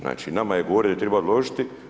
Znači nama je govorio da treba odložiti.